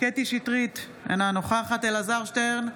קטי קטרין שטרית, אינה נוכחת אלעזר שטרן,